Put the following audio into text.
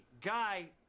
guy